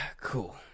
Cool